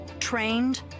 trained